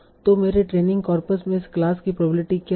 तो मेरे training corpus में इस क्लास की प्रोबेबिलिटी क्या है